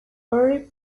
early